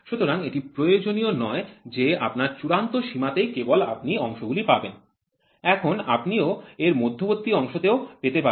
সুতরাং এটি প্রয়োজনীয় নয় যে আপনার চূড়ান্ত সীমাতেই কেবল আপনি অংশগুলি পাবেন এখন আপনি এর মধ্যবর্তী অংশতেও পেতে পারেন